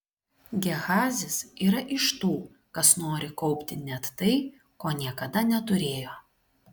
gehazis yra iš tų kas nori kaupti net tai ko niekada neturėjo